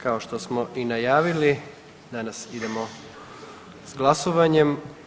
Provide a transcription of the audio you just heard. Kao što smo i najavili danas idemo s glasovanjem.